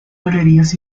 galerías